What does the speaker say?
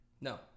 No